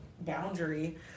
boundary